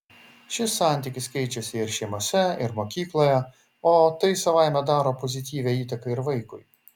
šis santykis keičiasi ir šeimose ir mokykloje o tai savaime daro pozityvią įtaką ir vaikui